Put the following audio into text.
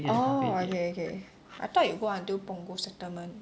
orh okay okay I thought you go until Punggol settlement